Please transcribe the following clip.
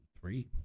Three